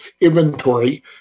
inventory